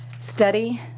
Study